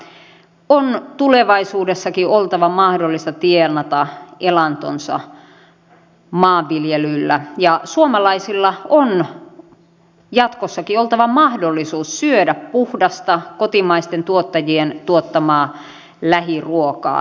suomessa on tulevaisuudessakin oltava mahdollista tienata elantonsa maanviljelyllä ja suomalaisilla on jatkossakin oltava mahdollisuus syödä puhdasta kotimaisten tuottajien tuottamaa lähiruokaa